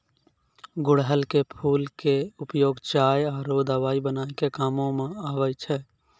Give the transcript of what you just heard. गुड़हल के फूल के उपयोग चाय आरो दवाई बनाय के कामों म आबै छै